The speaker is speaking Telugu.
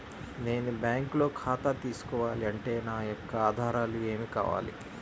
నేను బ్యాంకులో ఖాతా తీసుకోవాలి అంటే నా యొక్క ఆధారాలు ఏమి కావాలి?